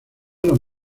los